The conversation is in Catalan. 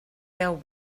deu